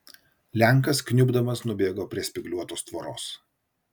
lenkas kniubdamas nubėgo prie spygliuotos tvoros